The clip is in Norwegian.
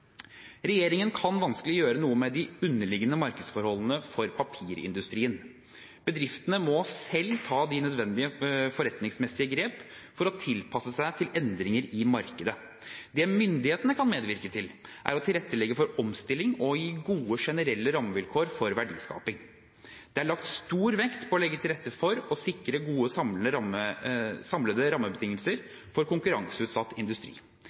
Regjeringen kan vanskelig gjøre noe med de underliggende markedsforholdene for papirindustrien. Bedriftene må selv ta de nødvendige forretningsmessige grep for å tilpasse seg endringer i markedet. Det myndighetene kan medvirke til, er å tilrettelegge for omstilling og gi gode generelle rammevilkår for verdiskaping. Det er lagt stor vekt på å legge til rette for å sikre gode samlede rammebetingelser for konkurranseutsatt industri.